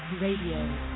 Radio